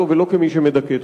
ויש מחלוקת.